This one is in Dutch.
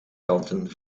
kanten